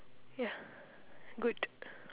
ya good